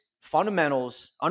fundamentals